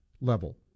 level